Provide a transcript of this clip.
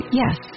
yes